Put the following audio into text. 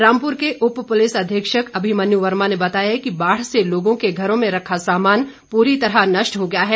रामपुर के उप पुलिस अधीक्षक अभिमन्यू वर्मा ने बताया कि बाढ़ से लोगों के घरों में रखा सामान पूरी तरह नष्ट हो गया है